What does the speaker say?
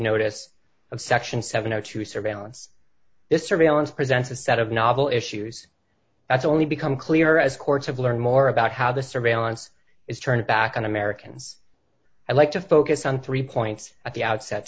notice of section seven hundred and two surveillance this surveillance presents a set of novel issues that's only become clear as courts have learned more about how the surveillance is turned back on americans i'd like to focus on three points at the outset